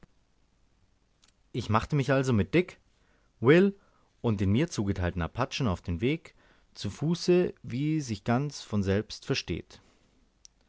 ich machte mich also mit dick will und den mir zugeteilten apachen auf den weg zu fuße wie sich ganz von selbst versteht